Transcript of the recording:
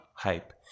hype